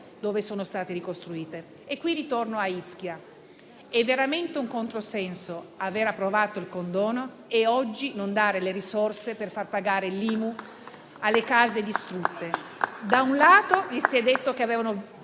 dove sono state costruite. Ritornando allora a Ischia, è veramente un controsenso aver approvato il condono e oggi non dare le risorse per far pagare l'IMU alle case distrutte. Da un lato si è detto che avevano